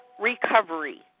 recovery